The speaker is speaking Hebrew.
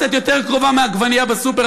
קצת יותר קרובה מעגבנייה בסופר,